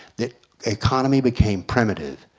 the economy became primitive,